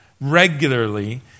regularly